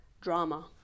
drama